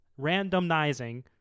randomizing